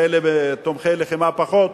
לתומכי לחימה פחות,